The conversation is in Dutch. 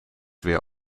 weer